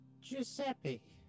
Giuseppe